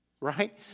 Right